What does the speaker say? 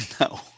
No